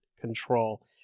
control